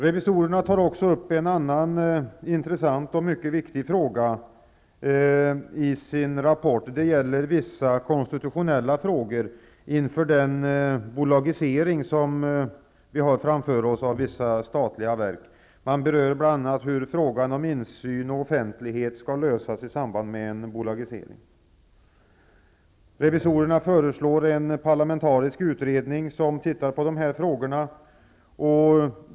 Revisorerna tar också upp en annan intressant och viktig aspekt rörande vissa konstitutionella frågor inför en bolagisering av vissa statliga verk. Man berör bl.a. hur frågor om insyn och offentlighet skall lösas i samband med bolagisering. Revisorerna föreslår en parlamentarisk utredning av dessa frågor.